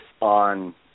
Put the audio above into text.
on –